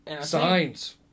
Signs